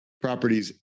properties